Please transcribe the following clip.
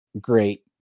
great